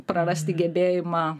prarasti gebėjimą